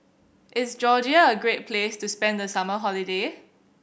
is Georgia a great place to spend the summer holiday